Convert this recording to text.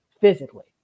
physically